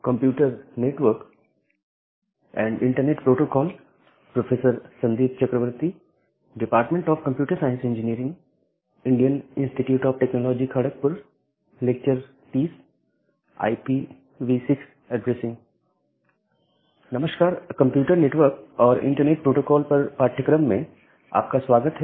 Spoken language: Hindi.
कंप्यूटर नेटवर्क और इंटरनेट प्रोटोकॉल पर पाठ्यक्रम में आपका स्वागत है